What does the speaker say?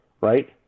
right